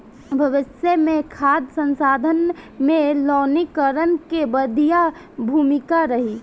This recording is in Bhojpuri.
भविष्य मे खाद्य संसाधन में लवणीकरण के बढ़िया भूमिका रही